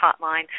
Hotline